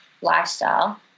lifestyle